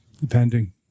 depending